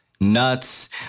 nuts